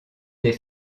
des